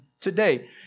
today